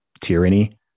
tyranny